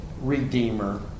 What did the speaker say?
redeemer